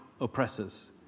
oppressors